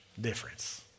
difference